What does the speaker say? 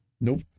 Nope